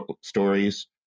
stories